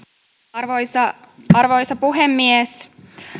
arvoisa arvoisa puhemies